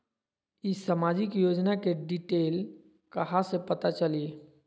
ई सामाजिक योजना के डिटेल कहा से पता चली?